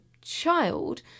child